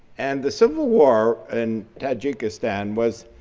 and the civil war in tajikistan was